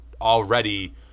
already